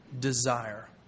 desire